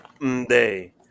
day